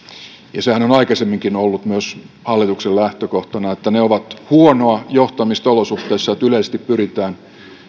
ja sehän on aikaisemminkin ollut myös hallituksen lähtökohtana että ne ovat huonoa johtamista olosuhteissa joissa yleisesti pyritään